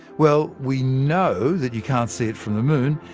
well, we know that you can't see it from the moon,